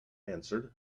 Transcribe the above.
answered